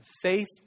faith